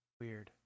Weird